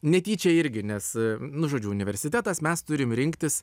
netyčia irgi nes nu žodžiu universitetas mes turim rinktis